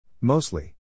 Mostly